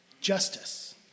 justice